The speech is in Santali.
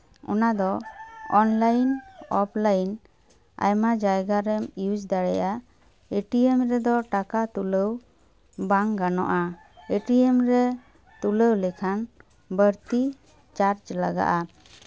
ᱚᱱᱟ ᱫᱚ ᱚᱱᱞᱟᱭᱤᱱ ᱚᱯᱷᱞᱟᱭᱤᱱ ᱟᱭᱢᱟ ᱡᱟᱭᱜᱟ ᱨᱮᱢ ᱤᱭᱩᱥ ᱫᱟᱲᱮᱭᱟᱜᱼᱟ ᱮᱴᱤᱮᱢ ᱨᱮᱫᱚ ᱴᱟᱠᱟ ᱛᱩᱞᱟᱹᱣ ᱵᱟᱝ ᱜᱟᱱᱚᱜᱼᱟ ᱮᱴᱤᱮᱢ ᱨᱮ ᱛᱩᱞᱟᱹᱣ ᱞᱮᱠᱷᱟᱱ ᱵᱟᱹᱲᱛᱤ ᱪᱟᱨᱡᱽ ᱞᱟᱜᱟᱜᱼᱟ